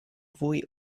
fwy